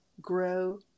grow